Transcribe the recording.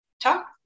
talk